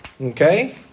okay